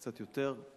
קצת יותר,